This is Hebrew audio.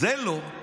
זה, לא.